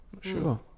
sure